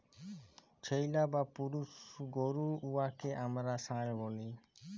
ছেইল্যা বা পুরুষ গরু উয়াকে আমরা ষাঁড় ব্যলি